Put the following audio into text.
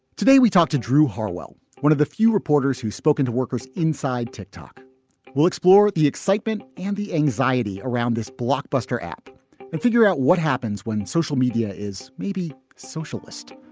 today, we talked to drew harwell, one of the few reporters who's spoken to workers inside tick-tock. we'll explore the excitement and the anxiety around this blockbuster app and figure out what happens when social media is maybe socialist.